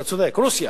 אתה צודק, רוסיה.